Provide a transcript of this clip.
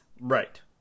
Right